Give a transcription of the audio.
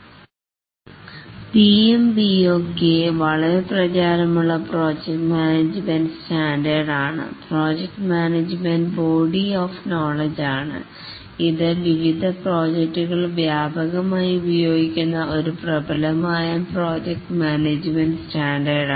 PMBOK വളരെ പ്രചാരമുള്ള project management standard ആണ് project management body of knowledge ആണ് ഇത് വിവിധ പ്രോജക്ടുകൾ വ്യാപകമായി ഉപയോഗിക്കുന്ന ഒരു പ്രബലമായ പ്രോജക്റ്റ് മാനേജ്മെൻറ് സ്റ്റാൻഡേർഡ് ആണ്